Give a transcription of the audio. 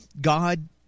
God